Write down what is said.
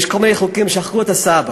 יש כל מיני חוקים, ושכחו את הסבא.